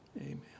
Amen